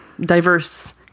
diverse